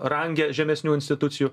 range žemesnių institucijų